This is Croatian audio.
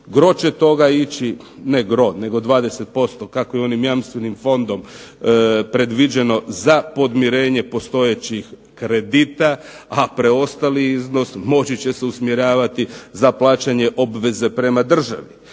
gro će toga ići, ne gro, nego 20% kakvim onim jamstvenim fondom predviđeno za podmirenje postojećih kredita a preostali dio moći će se usmjeravati za plaćanje obveze prema državi.